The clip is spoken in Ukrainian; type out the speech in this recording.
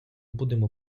будемо